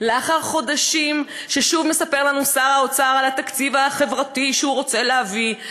לאחר חודשים ששוב מספר לנו שר האוצר על התקציב החברתי שהוא רוצה להביא.